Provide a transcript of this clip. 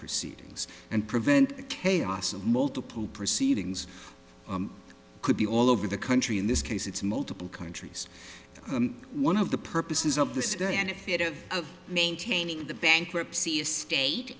proceedings and prevent the chaos of multiple proceedings could be all over the country in this case it's multiple countries one of the purposes of the stay and if it of of maintaining the bankruptcy estate